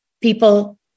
people